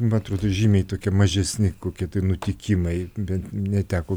man atrodo žymiai tokie mažesni kokie tai nutikimai bent jau neteko